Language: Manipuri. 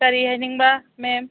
ꯀꯔꯤ ꯍꯥꯏꯅꯤꯡꯕ ꯃꯦꯝ